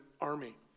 army